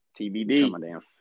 TBD